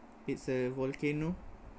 it's a volcano